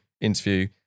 interview